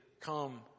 come